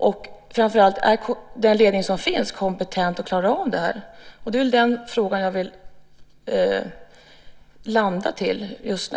Är framför allt den ledning som finns kompetent och klarar av arbetet? Det är den frågan jag landar på just nu.